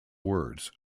words